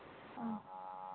ꯎꯝ